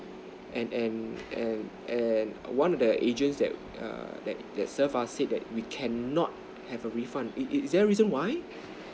and and and and one of the agent that err that that served us said that we cannot have a refund is is is there a reason why